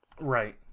Right